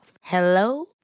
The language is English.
Hello